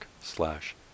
slash